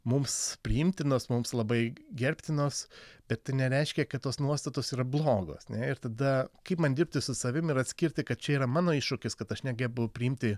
mums priimtinos mums labai gerbtinos bet tai nereiškia kad tos nuostatos yra blogos ne ir tada kaip man dirbti su savim ir atskirti kad čia yra mano iššūkis kad aš negebu priimti